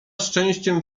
szczęściem